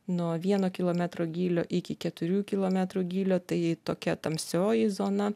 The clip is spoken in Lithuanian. nuo vieno kilometro gylio iki keturių kilometrų gylio tai tokia tamsioji zona